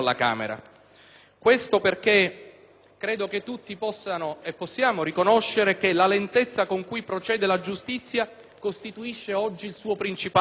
alla Camera. Credo che tutti possiamo riconoscere che la lentezza con cui procede la giustizia costituisce oggi il suo principale nemico.